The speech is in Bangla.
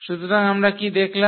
সুতরাং আমরা কি দেখলাম